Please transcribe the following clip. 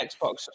Xbox